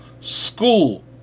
school